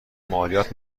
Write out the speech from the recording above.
مالیات